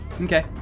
Okay